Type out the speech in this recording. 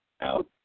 out